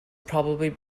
probably